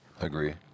Agree